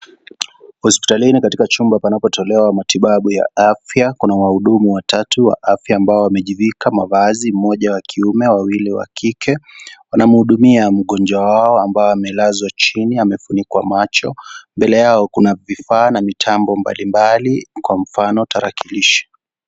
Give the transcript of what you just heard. Hospitalini katika chumba panapotolewa matibabu ya afya, kuna wahudumu watatu wa afy ambao wamejivika mavazi, moja wa kiume, wawili wa kike. Wanamhudumia mgonjwa wao ambao amelazwa chini, amefunikwa macho, mbele yao kuna vifaa na mitambo mbalimbali kwa mfano tarakilishi.